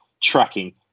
tracking